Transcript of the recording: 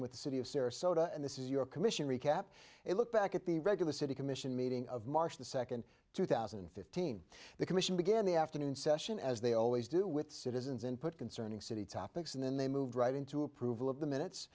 with the city of sarasota and this is your commission recap a look back at the regular city commission meeting of march the second two thousand and fifteen the commission began the afternoon session as they always do with citizens input concerning city topics and then they moved right into approval of the